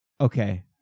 Okay